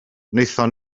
wnaethon